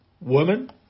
Woman